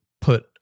put